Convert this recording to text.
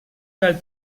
del